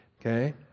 Okay